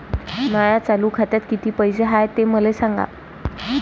माया चालू खात्यात किती पैसे हाय ते मले सांगा